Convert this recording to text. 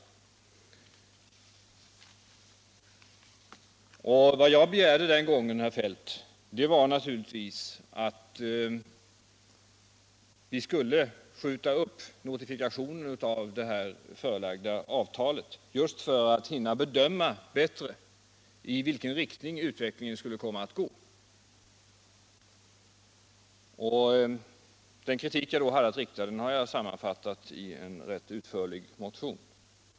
Vad jag begärde den gången, herr Feldt, var att vi skulle skjuta upp notifikationen av det förelagda avtalet för att hinna bedöma bättre i vilken riktning utvecklingen skulle komma att gå. Den kritik jag då hade att framföra har jag sammanfattat i en rätt utförlig motion.